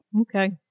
Okay